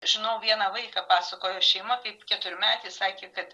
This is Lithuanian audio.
žinau vieną vaiką pasakojo šeima kaip keturmetis sakė kad